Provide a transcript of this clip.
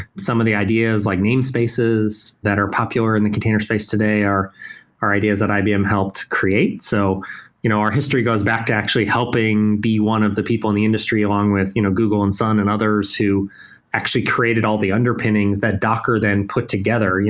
some of the ideas like name spaces that are popular in the container space today are ideas that ibm helped create. so you know our history goes back to actually helping be one of the people in the industry along with you know google and sun and others who actually created all the underpinnings that docker then put together.